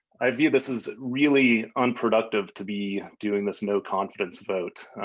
i view this as really unproductive to be doing this no confidence vote.